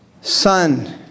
Son